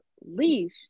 leash